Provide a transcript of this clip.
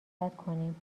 کنیم